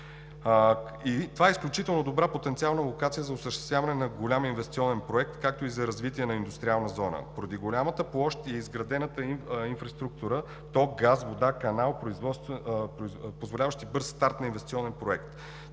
Това е изключително добра потенциална локация за осъществяване на голям инвестиционен проект, както и за развитие на индустриална зона поради голямата площ и изградената инфраструктура – ток, газ, вода, канал, позволяващи бърз старт на инвестиционен проект.